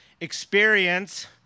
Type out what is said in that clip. experience